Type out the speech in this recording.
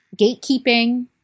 gatekeeping